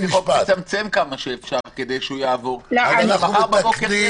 לצמצם כמה שאפשר כדי שהוא יעבור --- אנחנו מתקנים.